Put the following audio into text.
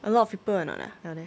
a lot of people or not ah earlier